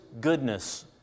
goodness